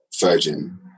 Virgin